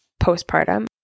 postpartum